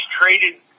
traded